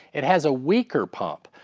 it has a weaker pump,